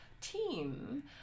team